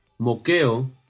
moqueo